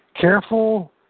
Careful